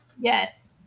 Yes